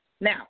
Now